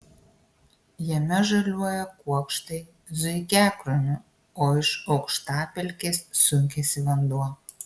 jame žaliuoja kuokštai zuikiakrūmių o iš aukštapelkės sunkiasi vanduo